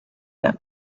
them